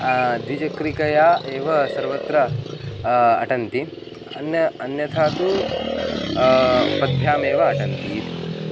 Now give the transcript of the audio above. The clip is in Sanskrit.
द्विचक्रिकया एव सर्वत्र अटन्ति अन्य अन्यथा तु पद्भ्यामेव अटन्ति इति